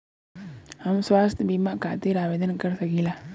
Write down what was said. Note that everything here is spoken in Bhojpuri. हम स्वास्थ्य बीमा खातिर आवेदन कर सकीला?